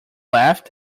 left